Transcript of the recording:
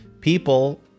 people